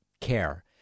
care